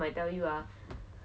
vomited